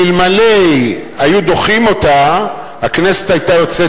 אילו היו דוחים אותה הכנסת היתה יוצאת